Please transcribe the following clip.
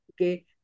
Okay